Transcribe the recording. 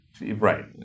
Right